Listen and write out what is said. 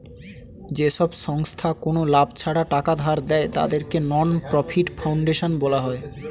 যেসব সংস্থা কোনো লাভ ছাড়া টাকা ধার দেয়, তাদেরকে নন প্রফিট ফাউন্ডেশন বলা হয়